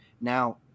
Now